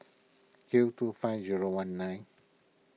Q two five zero one nine